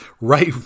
right